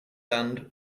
band